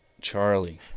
Charlie